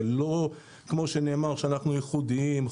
זה לא כמו שנאמר שאנחנו ייחודיים.